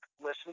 listen